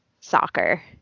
soccer